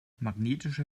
magnetische